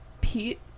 pete